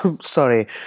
Sorry